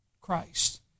Christ